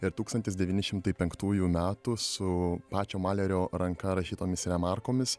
ir tūkstantis devyni šimtai penktųjų metų su pačio malerio ranka rašytomis remarkomis